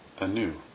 anew